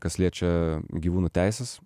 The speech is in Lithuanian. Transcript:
kas liečia gyvūnų teises